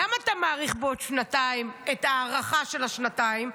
למה אתה מאריך בעוד שנתיים את ההארכה של השנתיים?